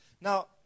Now